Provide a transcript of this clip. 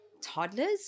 toddlers